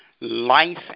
life